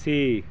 ਸੀ